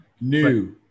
New